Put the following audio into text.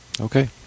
okay